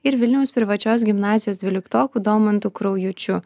ir vilniaus privačios gimnazijos dvyliktoku domantu kraujučiu